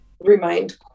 remind